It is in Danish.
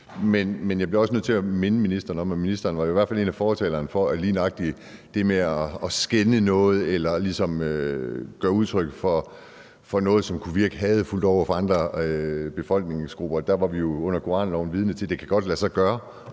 Men jeg bliver jo også nødt til at minde ministeren om, at ministeren i hvert fald var en af fortalerne for stramninger i forhold til lige nøjagtig det med at skænde noget eller ligesom give udtryk for noget, som kunne virke hadefuldt over for andre befolkningsgrupper, og hvor vi under koranloven var vidne til, at det godt kan lade sig gøre